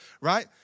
right